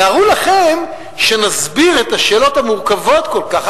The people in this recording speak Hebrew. תארו לכם שנסביר את השאלות המורכבות כל כך,